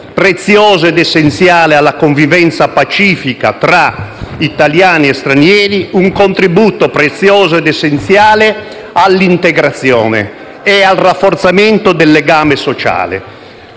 prezioso ed essenziale alla convivenza pacifica tra italiani e stranieri; un contributo prezioso ed essenziale all'integrazione e al rafforzamento del legame sociale.